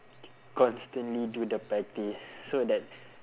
constantly do the practice so that